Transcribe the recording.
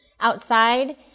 outside